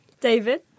David